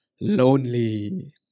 lonely